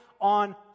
on